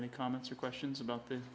any comments or questions about th